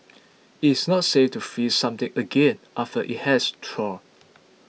it is not safe to freeze something again after it has thawed